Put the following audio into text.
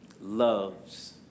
loves